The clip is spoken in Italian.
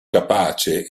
capace